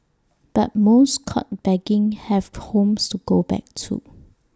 but most caught begging have homes to go back to